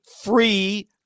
free